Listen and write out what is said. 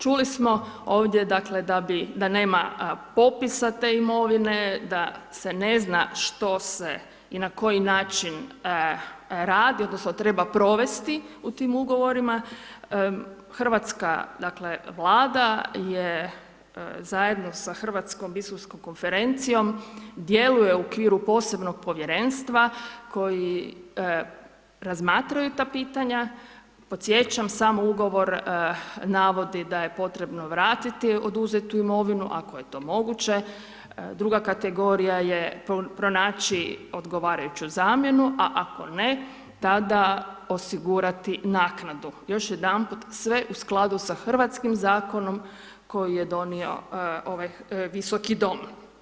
Čuli smo ovdje dakle da nema popisa te imovine, da se ne zna što se i na koji način radi odnosno treba provesti u tim ugovorima, hrvatska dakle Vlada zajedno sa Hrvatskom biskupskom konferencijom djeluje u okviru posebnog povjerenstva koji razmatraju ta pitanja, podsjećam samo, ugovor navodi da je potrebno vratiti oduzetu imovinu ako je to moguće, druga kategorija je pronaći odgovarajuću zamjenu a kako ne, tada osigurati naknadu, još jedanput, sve u skladu sa hrvatskim zakonom koji je donio ovaj Visoki dom.